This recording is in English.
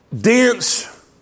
dense